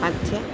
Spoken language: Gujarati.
પાંચ થયાં